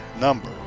number